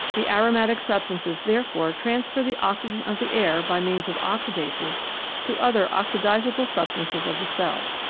the aromatic substances therefore transfer the oxygen of the air by means of oxidases to other oxidable substances of the cell.